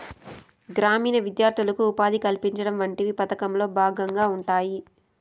గ్రామీణ విద్యార్థులకు ఉపాధి కల్పించడం వంటివి పథకంలో భాగంగా ఉంటాయి